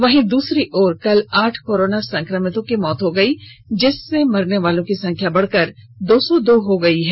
वहीं दूसरी ओर कल आठ कोरोना संक्रमितों की मौत हो गयी जिससे मरनेवालों की संख्या बढ़कर दो सौ दो हो गयी है